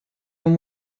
and